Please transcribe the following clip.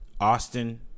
Austin